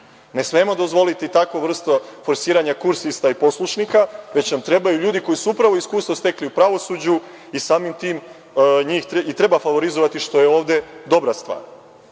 Ne smemo dozvoliti takvu vrstu forsiranja kursista i poslušnika, već nam trebaju ljudi koji su upravo iskustvo stekli u pravosuđu i samim tim njih i treba favorizovati što je ovde dobra stvar. Treba